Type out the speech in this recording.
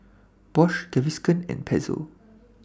Bosch Gaviscon and Pezzo